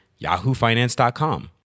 yahoofinance.com